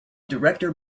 director